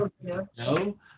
No